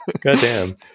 Goddamn